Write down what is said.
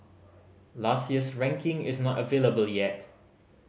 last year's ranking is not available yet